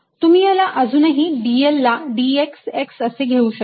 तुम्ही याला अजूनही dl ला dx x असे घेऊ शकता